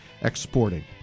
exporting